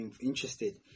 interested